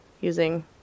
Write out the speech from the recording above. using